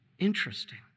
interesting